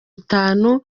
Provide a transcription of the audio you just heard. itanu